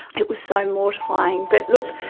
it was so mortifying. but look,